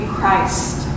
Christ